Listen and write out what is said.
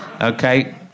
Okay